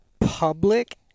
public